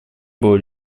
было